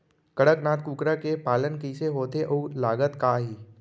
कड़कनाथ कुकरा के पालन कइसे होथे अऊ लागत का आही?